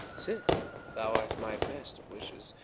sit thou art my best of wishes.